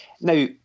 now